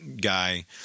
guy